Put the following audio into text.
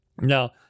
now